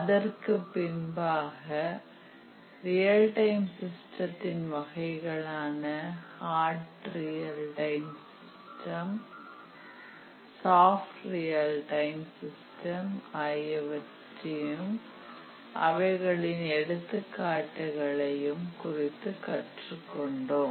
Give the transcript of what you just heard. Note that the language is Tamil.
அதற்குப் பின்பாக ரியல் டைம் சிஸ்டத்தின் வகைகளான hard real time soft real time firm system ஆகியவற்றையும் அவைகளின் எடுத்துக்காட்டுகளையும் குறித்து கற்றுக் கொண்டோம்